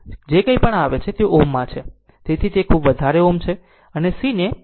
જે કંઇ પણ આવે છે તે Ω છે તેથી આ ખૂબ વધારે Ω છે